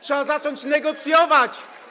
Trzeba zacząć negocjować.